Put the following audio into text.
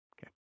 Okay